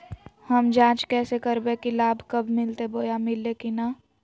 हम जांच कैसे करबे की लाभ कब मिलते बोया मिल्ले की न?